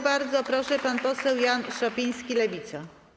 Bardzo proszę, pan poseł Jan Szopiński, Lewica.